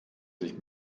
sich